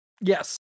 Yes